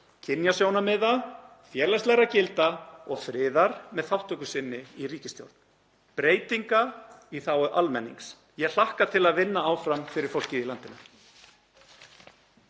kynjasjónarmiða, félagslegra gilda og friðar með þátttöku sinni í ríkisstjórn, breytinga í þágu almennings. — Ég hlakka til að vinna áfram fyrir fólkið í landinu.